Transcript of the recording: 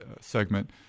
segment